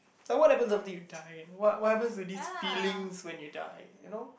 like what happens after you die what what happens with these feelings when you die you know